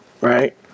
right